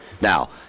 Now